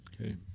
Okay